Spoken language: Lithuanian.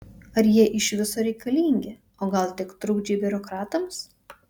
ar jie iš viso reikalingi o gal tik trukdžiai biurokratams